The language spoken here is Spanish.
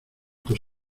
tus